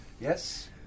Yes